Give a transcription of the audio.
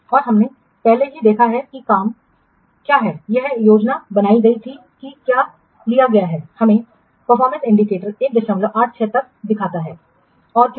और हमने पहले ही देखा है कि काम क्या है यह योजना बनाई गई थी कि क्या लिया गया है हमें परफॉर्मेंस इंडिकेटर 186 तक दिखाता है है और क्यों